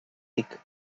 tic